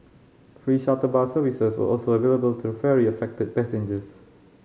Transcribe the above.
free shuttle bus services were also available to ferry affected passengers